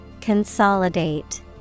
Consolidate